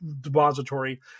depository